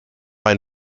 ein